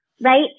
right